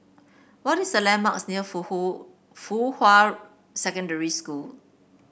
what is the landmarks near Fuhua Secondary School